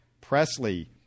Presley